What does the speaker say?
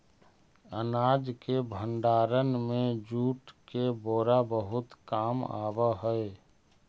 अनाज के भण्डारण में जूट के बोरा बहुत काम आवऽ हइ